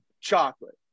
Chocolate